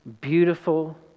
beautiful